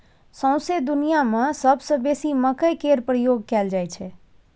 सौंसे दुनियाँ मे सबसँ बेसी मकइ केर प्रयोग कयल जाइ छै